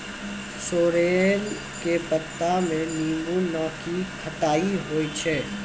sorrel के पत्ता मॅ नींबू नाकी खट्टाई होय छै